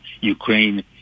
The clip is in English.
Ukraine